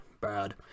Bad